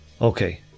Okay